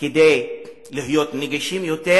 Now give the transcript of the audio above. כדי להיות נגישים יותר,